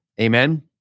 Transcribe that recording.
Amen